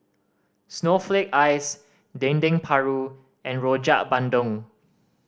snowflake ice Dendeng Paru and Rojak Bandung